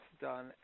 done